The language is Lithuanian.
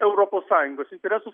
europos sąjungos interesus